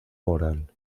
moral